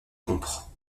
rompre